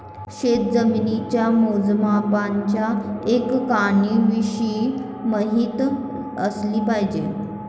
शेतजमिनीच्या मोजमापाच्या एककांविषयी माहिती असली पाहिजे